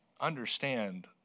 understand